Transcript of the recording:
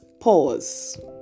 Pause